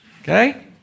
okay